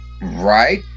Right